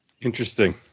Interesting